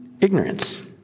ignorance